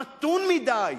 מתון מדי.